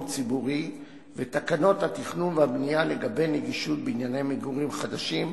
ציבורי ותקנות התכנון והבנייה לגבי נגישות בנייני מגורים חדשים,